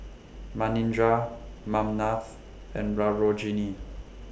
Manindra Ramnath and Sarojini